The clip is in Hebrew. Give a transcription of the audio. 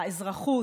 האזרחות,